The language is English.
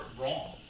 wrong